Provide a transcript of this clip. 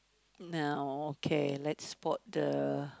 now okay lets put the